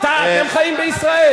אתם חיים בישראל?